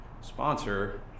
sponsor